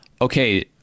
okay